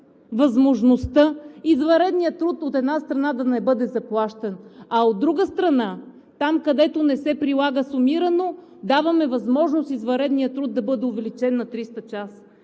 възможността извънредният труд, от една страна, да не бъде заплащан, а от друга страна, там, където не се прилага сумирано, даваме възможност извънредният труд да бъде увеличен на 300 часа.